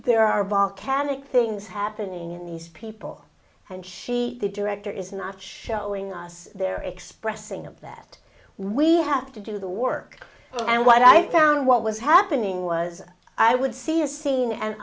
there are volcanic things happening in these people and she the director is not showing us they're expressing of that we have to do the work and what i found what was happening was i would see a scene and